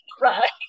Right